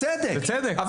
ובצדק.